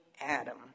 Adam